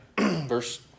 Verse